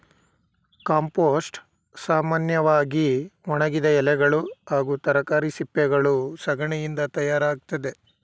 compost ಸಾಮನ್ಯವಾಗಿ ಒಣಗಿದ ಎಲೆಗಳು ಹಾಗೂ ತರಕಾರಿ ಸಿಪ್ಪೆಗಳು ಸಗಣಿಯಿಂದ ತಯಾರಾಗ್ತದೆ